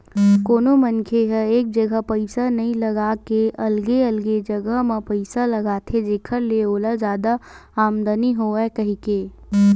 कोनो मनखे ह एक जगा पइसा नइ लगा के अलगे अलगे जगा म पइसा लगाथे जेखर ले ओला जादा आमदानी होवय कहिके